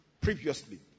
previously